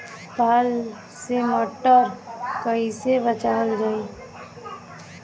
पाला से मटर कईसे बचावल जाई?